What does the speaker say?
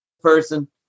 person